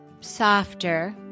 softer